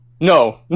no